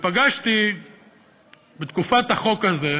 ופגשתי בתקופת החוק הזה,